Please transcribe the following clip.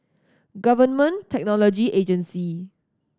Government Technology Agency